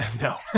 No